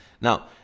Now